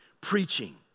preaching